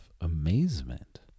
amazement